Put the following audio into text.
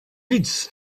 needs